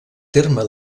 terme